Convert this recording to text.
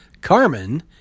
Carmen